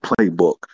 playbook